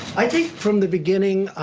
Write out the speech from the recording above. i think, from the beginning,